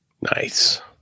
nice